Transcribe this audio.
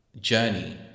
journey